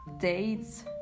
dates